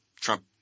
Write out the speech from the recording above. Trump